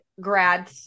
grad